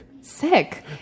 Sick